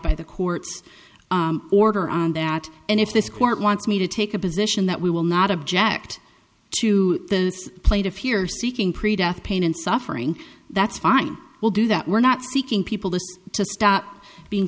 by the court's order on that and if this court wants me to take a position that we will not object to the plate of here seeking pre death pain and suffering that's fine we'll do that we're not seeking people to stop being